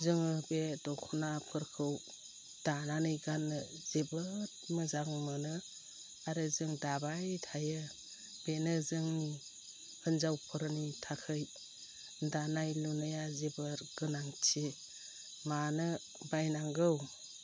जोङो बे दख'नाफोरखौ दानानै गाननो जोबोर मोजां मोनो आरो जों दाबाय थायो बेनो जोंनि हिन्जावफोरनि थाखै दानाय लुनाया जोबोर गोनांथि मानो बायनांगौ